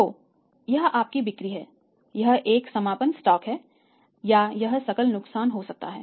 तो यह आपकी बिक्री है यह एक समापन स्टॉक है या यह सकल नुकसान हो सकता है